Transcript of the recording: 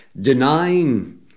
denying